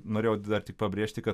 norėjau dar tik pabrėžti kad